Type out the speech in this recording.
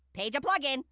page a plug-in.